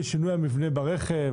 שינוי המבנה ברכב,